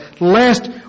lest